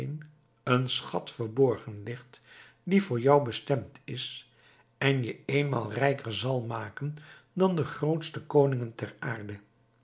een schat verborgen ligt die voor jou bestemd is en je eenmaal rijker zal maken dan de grootste koningen der aarde